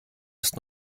ist